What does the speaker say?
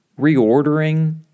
reordering